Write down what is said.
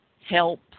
help